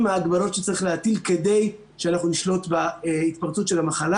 ההגבלות שצריך להטיל כדי שאנחנו נשלוט בהתפרצות המחלה.